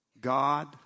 God